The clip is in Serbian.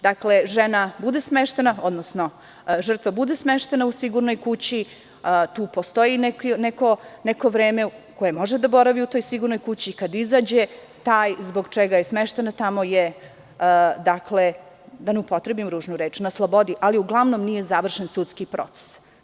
Dakle, žrtva bude smeštena u sigurnu kuću, tu postoji neko vreme u kojem može da boravi u toj sigurnoj kući i kad izađe, taj zbog čega je smeštena tamo je, da ne upotrebim ružnu reč, na slobodi, ali uglavnom nije završen sudski proces.